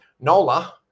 Nola